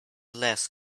less